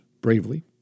bravely